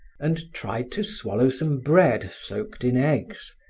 and tried to swallow some bread soaked in eggs,